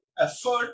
effort